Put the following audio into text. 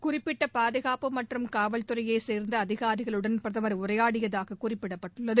குறிப்பிட்ட பாதுகாப்பு மற்றும் காவல்துறையைச் சேர்ந்த அதிகாரிகளுடன் பிரதமர் உரையாடியதாக குறிப்பிடப்பட்டுள்ளது